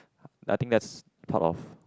nothing less part of